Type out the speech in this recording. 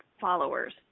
followers